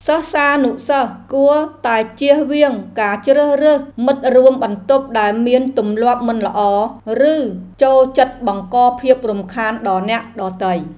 សិស្សានុសិស្សគួរតែចៀសវាងការជ្រើសរើសមិត្តរួមបន្ទប់ដែលមានទម្លាប់មិនល្អ ឬចូលចិត្តបង្កភាពរំខានដល់អ្នកដទៃ។